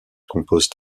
composent